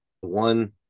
One